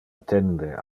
attende